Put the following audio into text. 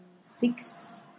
six